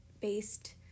based